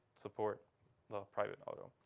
support the private auto.